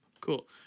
Cool